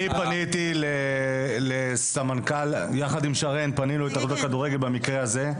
אני פניתי יחד עם שרן להתאחדות הכדורגל במקרה הזה.